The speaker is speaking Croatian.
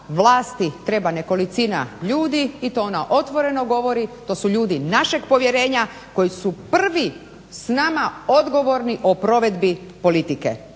vlasti treba nekolicina ljudi i to ona otvoreno govori. To su ljudi našeg povjerenja koji su prvi s nama odgovorni o provedbi politike